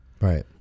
Right